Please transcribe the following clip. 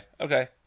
okay